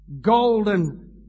golden